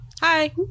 Hi